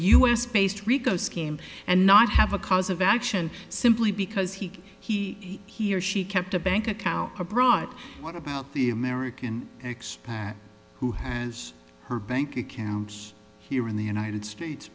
s based rico scheme and not have a cause of action simply because he he he or she kept a bank account abroad what about the american who has her bank accounts here in the united